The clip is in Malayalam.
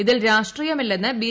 ഇതിൽ രാഷ്ട്രീയമില്ലെന്ന് ബി